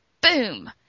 boom